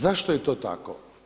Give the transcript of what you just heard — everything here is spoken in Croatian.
Zašto je to tako?